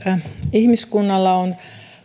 ihmiskunnalla on